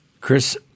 Chris